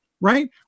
right